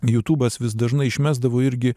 jutubas vis dažnai išmesdavo irgi